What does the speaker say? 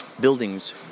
buildings